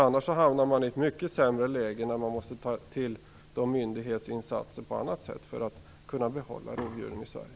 Annars hamnar man i ett mycket sämre läge där det måste till andra myndighetsinsatser för att vi skall kunna behålla rovdjuren i Sverige.